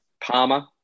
Palmer